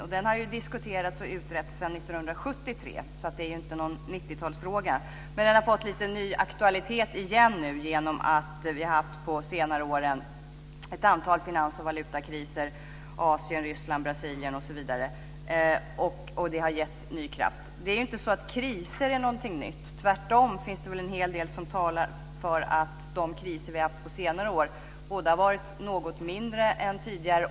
Denna skatt har diskuterats och utretts sedan 1973, så det är ingen 90 talsfråga men den har lite grann fått ny aktualitet igen genom att vi under senare år haft ett antal finans och valutakriser - Asien, Ryssland, Brasilien osv - och det har gett ny kraft. Kriser är ingenting nytt. Tvärtom finns det väl en hel del som talar för att de kriser som vi haft under senare år har varit något mindre än tidigare.